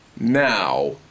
Now